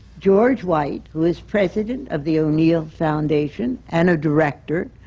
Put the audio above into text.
george white, who is president of the o'neill foundation and a director,